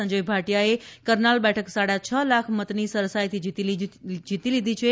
સંજય ભાટીયાએ કરનાલ બેઠક સાડા છ લાખ મતની સરસાઇથી જીતી લીધી છે